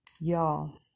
Y'all